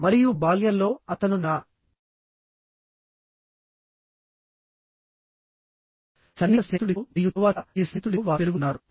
మరియు బాల్యంలో అతను నా సన్నిహిత స్నేహితుడితో మరియు తరువాత ఈ స్నేహితుడితో వారు పెరుగుతున్నారు